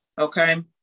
Okay